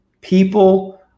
people